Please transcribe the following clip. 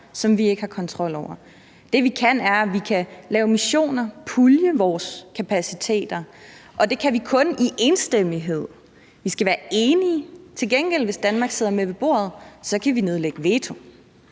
som vi ikke har kontrol over. Det, vi kan, er, at vi kan lave missioner og pulje vores kapaciteter, og det kan vi kun i enstemmighed. Vi skal være enige. Til gengæld kan Danmark, hvis vi sidder med ved bordet, nedlægge veto.